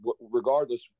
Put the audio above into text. regardless